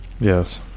Yes